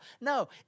No